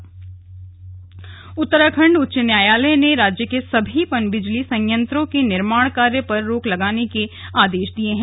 उच्च न्यायालय उत्तराखण्ड उच्च न्यायालय ने राज्य के सभी पनबिजली संयत्रों के निर्माण कार्य पर रोक लगाने के आदेश दिए हैं